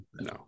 no